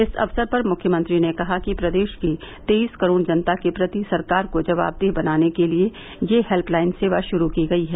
इस अवसर पर मुख्यमंत्री ने कहा कि प्रदेश की तेईस करोड़ जनता के प्रति सरकार को जवाबदेह बनाने के लिये यह हेल्पलाइन सेवा शुरू की गयी है